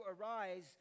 arise